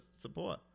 support